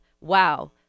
wow